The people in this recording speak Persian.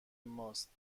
ماست